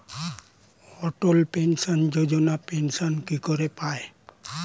অটল pension Yojana pension কি করে পায়?